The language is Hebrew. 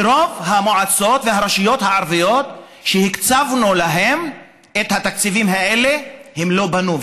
ורוב המועצות והרשויות הערביות שהקצבנו להן את התקציבים האלה לא בנו,